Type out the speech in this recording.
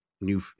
new